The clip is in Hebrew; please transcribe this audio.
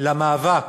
למאבק